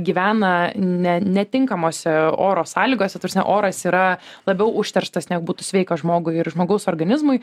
gyvena ne netinkamose oro sąlygose ta prasme oras yra labiau užterštas nebūtų sveika žmogui ir žmogaus organizmui